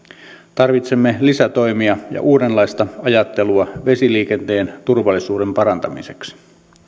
tarvitsemme lisätoimia ja uudenlaista ajattelua vesiliikenteen turvallisuuden parantamiseksi